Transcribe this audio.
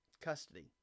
custody